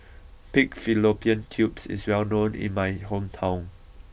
Pig Fallopian Tubes is well known in my hometown